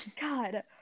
god